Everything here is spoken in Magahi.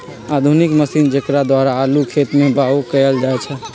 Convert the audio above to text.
आधुनिक मशीन जेकरा द्वारा आलू खेत में बाओ कएल जाए छै